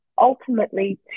Ultimately